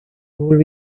will